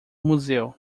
museu